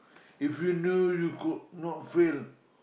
if you know you could not fail